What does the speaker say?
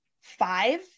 five